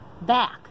back